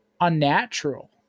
unnatural